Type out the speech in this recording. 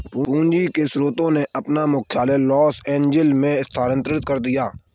पूंजी के स्रोत ने अपना मुख्यालय लॉस एंजिल्स में स्थानांतरित कर दिया